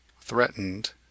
threatened